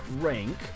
rank